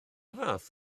fath